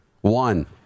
One